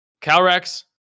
calrex